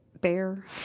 Bear